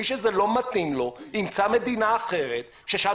מי שזה לא מתאים לו ימצא מדינה אחר ששם